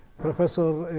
professor